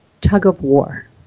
tug-of-war